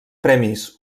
premis